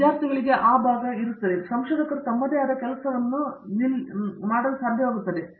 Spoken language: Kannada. ವಿದ್ಯಾರ್ಥಿಗಳಿಗೆ ಆ ಭಾಗವು ಸಂಶೋಧಕರು ತಮ್ಮದೇ ಆದ ಕೆಲಸವನ್ನು ನಿಲ್ಲಿಸಲು ಸಾಧ್ಯವಾಗುತ್ತಿತ್ತು